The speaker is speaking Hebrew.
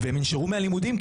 והם ינשרו מהלימודים,